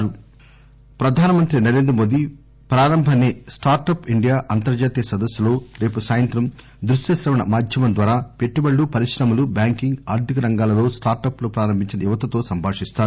PM Prarambh ప్రధానమంత్రి Narendra Modi Prarambh on startup India అంతర్జాతీయ సదస్సులో రేపు సాయంత్రం దృశ్య శ్రవణ మాధ్యమం ద్వారా పెట్టుబడులు పరిశ్రమలు బ్యాకింగ్ ఆర్థిక రంగాలలో స్టార్టప్ లు ప్రారంభించిన యువతతో సంభాషిస్తారు